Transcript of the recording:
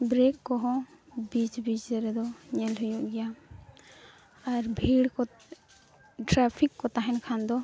brake ᱠᱚᱦᱚᱸ ᱵᱤᱪ ᱵᱤᱪ ᱨᱮᱫᱚ ᱧᱮᱞ ᱦᱩᱭᱩᱜ ᱜᱮᱭᱟ ᱟᱨ ᱵᱷᱤᱲ ᱠᱚ ᱴᱨᱟᱯᱷᱤᱠ ᱠᱚ ᱛᱟᱦᱮᱱ ᱠᱷᱟᱱ ᱫᱚ